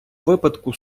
випадках